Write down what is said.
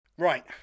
Right